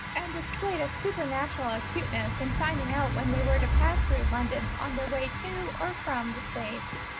and displayed a supernatural acuteness in finding out when they were to pass through london on their way to or from the states.